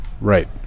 Right